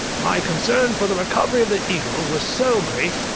my concern for the recovery of the eagles was so great,